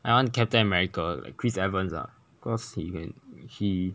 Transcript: I want captain america chris evans ah cause you can he